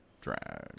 Drag